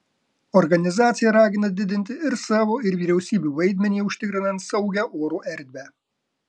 organizacija ragina didinti ir savo ir vyriausybių vaidmenį užtikrinant saugią oro erdvę